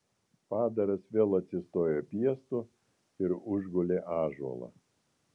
padaras vėl atsistojo piestu ir užgulė ąžuolą